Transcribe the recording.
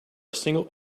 single